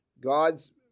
God's